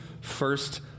first